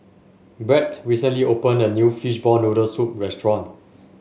Brett recently opened a new Fishball Noodle Soup restaurant